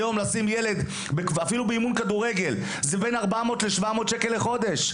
היום לשים ילד אפילו באימון כדורגל זה בין 400 ל-700 שקל לחודש.